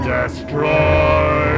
Destroy